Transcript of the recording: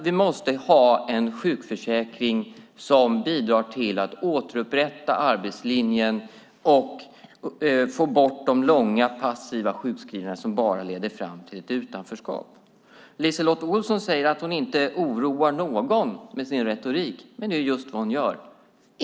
Vi måste ha en sjukförsäkring som bidrar till att återupprätta arbetslinjen och få bort de långa, passiva sjukskrivningar som bara leder fram till ett utanförskap. LiseLotte Olsson säger att hon inte oroar någon med sin retorik, men det är just vad hon gör.